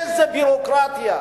איזו ביורוקרטיה.